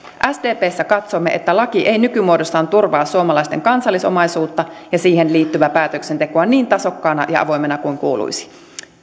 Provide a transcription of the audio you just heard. sdpssä katsomme että laki ei nykymuodossaan turvaa suomalaisten kansallisomaisuutta ja siihen liittyvää päätöksentekoa niin tasokkaana ja avoimena kuin kuuluisi